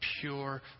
pure